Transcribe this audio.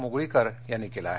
मुगळीकर यांनी केलं आहे